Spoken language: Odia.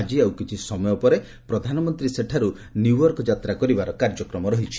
ଆଜି ଆଉ କିଛି ସମୟ ପରେ ପ୍ରଧାନମନ୍ତ୍ରୀ ସେଠାରୁ ନିଉୟର୍କ ଯାତ୍ରା କରିବାର କାର୍ଯ୍ୟକ୍ରମ ରହିଛି